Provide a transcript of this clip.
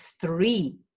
three